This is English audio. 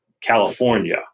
California